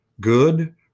good